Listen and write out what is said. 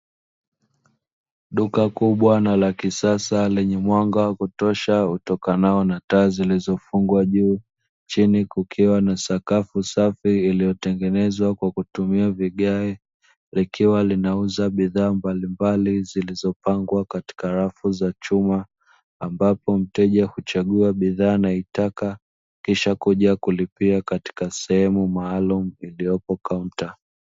Duka kubwa la kisasa lenye mwanga wa kutosha utokanao na taa zilizofungwa juu chini kukiwa na sakafu safi, iliyotengenezwa kwa kutumia vigae likiwa linauza bidhaa mbalimbali zilizopangwa katika rafu za chuma ambapo mteja huchagua bidhaa nayoitaka kisha kuja kulipia katika sehemu maalumu iliyopo kaunta.